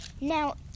Now